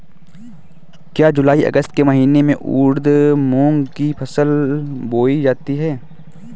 क्या जूलाई अगस्त के महीने में उर्द मूंग की फसल बोई जाती है?